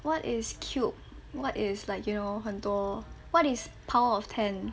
what is cube what is like you know 很多 what is power of ten